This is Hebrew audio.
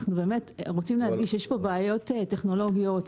יש פה בעיות טכנולוגיות.